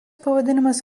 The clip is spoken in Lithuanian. pavadinimas